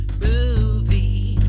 movie